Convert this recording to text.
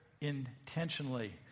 intentionally